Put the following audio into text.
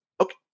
okay